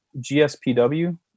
gspw